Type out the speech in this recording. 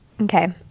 Okay